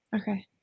Okay